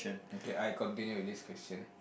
okay I continue with this question